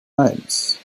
eins